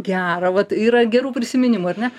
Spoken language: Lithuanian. gera vat yra gerų prisiminimų ar ne